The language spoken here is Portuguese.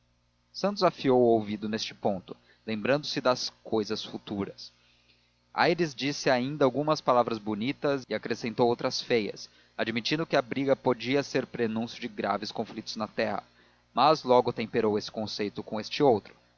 santos afiou o ouvido neste ponto lembrando-se das cousas futuras aires disse ainda algumas palavras bonitas e acrescentou outras feias admitindo que a briga podia ser prenúncio de graves conflitos na terra mas logo temperou esse conceito com este outro